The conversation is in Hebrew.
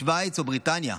שווייץ או בריטניה.